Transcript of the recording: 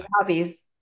hobbies